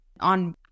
on